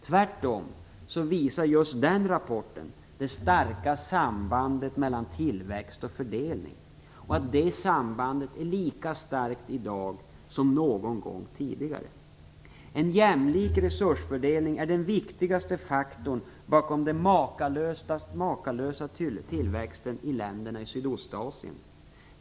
Tvärtom visar den rapporten det starka sambandet mellan tillväxt och fördelning. Det sambandet är lika starkt i dag som någon gång tidigare. En jämlik resursfördelning är den viktigaste faktorn bakom den makalösa tillväxten i länderna i Sydostasien.